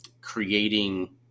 creating